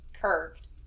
curved